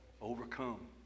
overcome